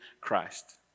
Christ